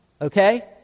Okay